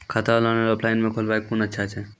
खाता ऑनलाइन और ऑफलाइन म खोलवाय कुन अच्छा छै?